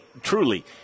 truly